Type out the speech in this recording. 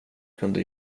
kunde